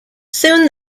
soon